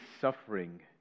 suffering